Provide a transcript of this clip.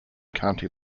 county